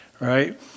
right